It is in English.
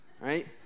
right